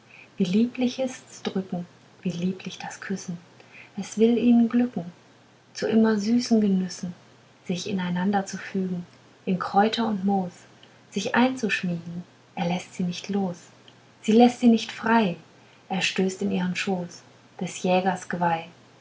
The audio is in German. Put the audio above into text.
wie lieblich ist's drücken wie lieblich das küssen es will ihnen glücken zu immer süßen genüssen sich ineinander zu fügen in kräuter und moos sich einzuschmiegen er läßt sie nicht los sie läßt ihn nicht frei er stößt in ihren schoß des jägers geweih